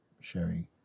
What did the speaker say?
sharing